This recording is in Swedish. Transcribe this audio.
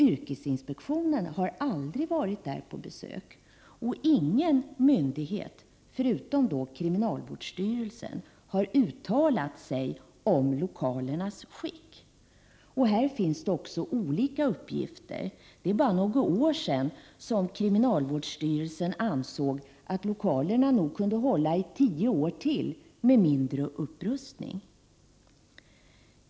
Yrkesinspektionen har dock aldrig varit där på besök, och ingen myndighet förutom kriminalvårdsstyrelsen har uttalat sig om lokalernas skick. Här finns det också olika uppgifter. För bara några år sedan ansåg kriminalvårdsstyrelsen att lokalerna nog kunde hålla i tio år till med en mindre upprustning.